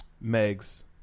Meg's